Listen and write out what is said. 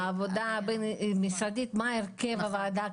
על העבודה הבין משרדית, מהו הרכב הוועדה.